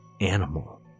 animal